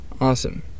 Awesome